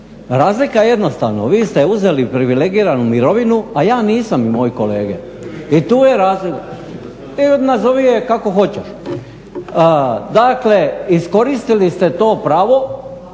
Razlika je jednostavna, vi se uzeli privilegirani mirovinu, a ja nisam i moji kolege i tu je razlika. … /Upadica se ne razumije./ … Nazovi je kako hoćeš. Dakle, iskoristili ste to pravo